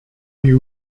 you